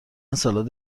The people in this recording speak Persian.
سالاد